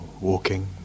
walking